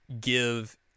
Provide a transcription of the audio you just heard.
give